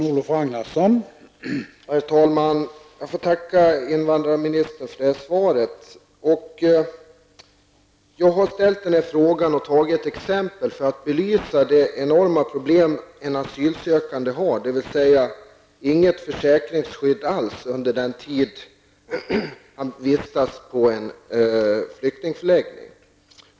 Herr talman! Jag får tacka invandrarministern för svaret. Jag har ställt frågan och anfört ett exempel för att belysa de enorma problem en asylsökande har, dvs. inget försäkringsskydd alls under den tid vederbörande vistas på en flyktingförläggning.